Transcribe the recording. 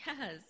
Yes